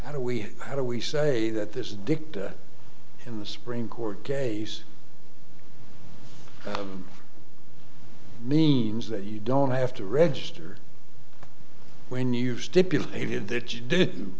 how do we how do we say that this dick in the supreme court case means that you don't have to register when you've stipulated that you d